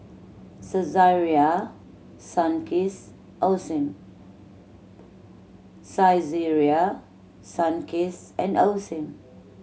Saizeriya Sunkist Osim Saizeriya Sunkist and Osim